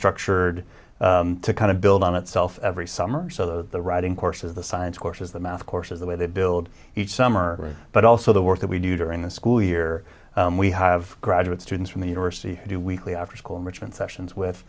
structured to kind of build on itself every summer so the writing courses the science courses the math courses the way they build each summer but also the work that we do during the school year we have graduate students from the university do weekly after school richmond sessions with